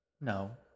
No